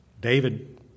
David